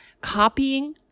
copying